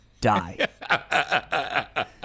Die